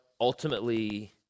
ultimately